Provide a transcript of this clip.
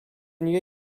new